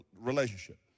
relationship